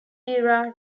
era